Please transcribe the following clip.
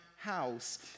House